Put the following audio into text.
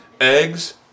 Eggs